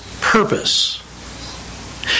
purpose